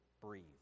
breathe